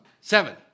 seven